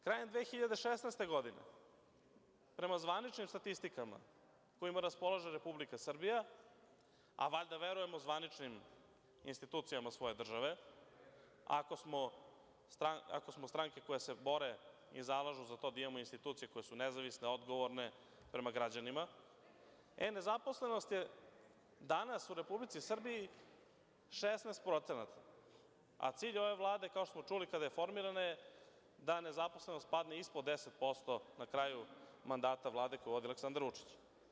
Krajem 2016. godine, prema zvaničnim statistikama kojima raspolaže Republika Srbija, a valjda verujemo zvaničnim institucijama svoje države, ako smo stranke koje se bore i zalažu za to da imamo institucije koje su nezavisne, odgovorne prema građanima, nezaposlenost je danas u Republici Srbiji 16%, a cilj ove Vlade, kao što smo čuli kada je formirana, je da nezaposlenost padne ispod 10'% na kraju mandata Vlade koju vodi Aleksandar Vučić.